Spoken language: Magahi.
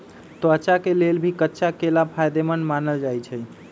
त्वचा के लेल भी कच्चा केला फायेदेमंद मानल जाई छई